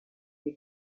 die